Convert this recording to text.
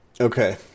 Okay